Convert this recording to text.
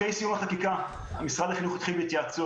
אחרי סיום החקיקה משרד החינוך התחיל בהתייעצויות.